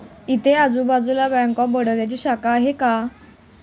इथे आजूबाजूला bank of बडोदाची शाखा आहे का?